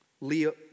Leo